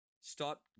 Stop